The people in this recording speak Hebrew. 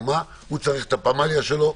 הוא צריך את הפמליה שלו,